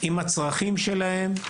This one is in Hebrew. עם הצרכים שלהם,